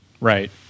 Right